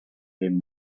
him